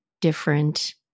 different